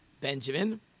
Benjamin